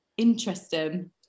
interesting